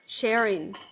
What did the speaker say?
sharing